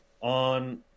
on